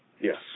Yes